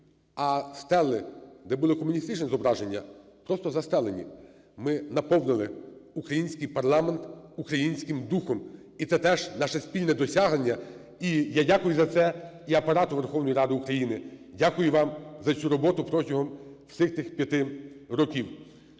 А стелі, де були комуністичні зображення, просто застелені. Ми наповнили український парламент українським духом. І це теж наше спільне досягнення. І я дякую за це і Апарату Верховної Ради України, дякую вам за цю роботу протягом всіх тих 5 років,